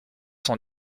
sont